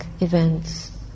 events